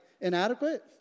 inadequate